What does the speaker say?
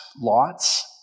lots